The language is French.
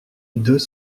deux